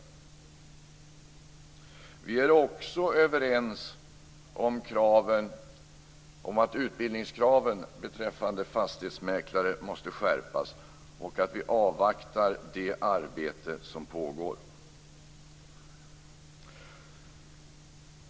Vi är också överens om att utbildningskraven beträffande fastighetsmäklare måste skärpas. Vi avvaktar det arbete som pågår.